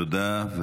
תודה,